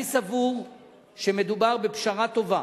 אני סבור שמדובר בפשרה טובה